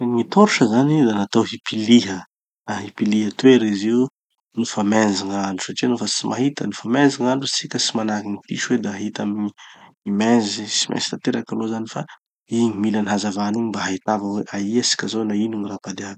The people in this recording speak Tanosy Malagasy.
Gny torche zany da natao hipiliha, hipiliha toera izy io nofa mainzy gn'andro, satria nofa tsy mahita nofa mainzy gn'andro, tsika tsy manahaky gny piso da hahita amy gny mainzy, tsy mainzy tanteraky aloha zany fa, igny mila any hazavana igny mba hahitava hoe aia tsika zao na ino gny raha padiavy.